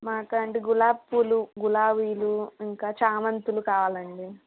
మాకా అండి గులాబీ పూలు గులాబీలు ఇంకా చామంతులు కావాలండి